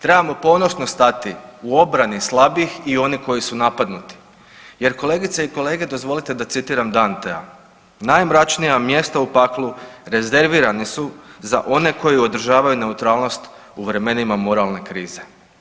Trebamo ponosno stati u obrani slabih i onih koji su napadnuti jer kolegice i kolege dozvolite da citiram Dantea najmračnija mjesta u paklu rezervirani su za one koji održavaju neutralnost u vremenima moralne krize.